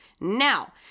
Now